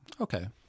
Okay